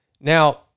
Now